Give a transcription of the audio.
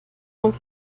noch